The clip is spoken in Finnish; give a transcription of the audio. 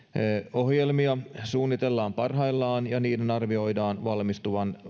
ohjelmia suunnitellaan parhaillaan ja niiden arvioidaan valmistuvan